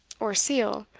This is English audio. or seal,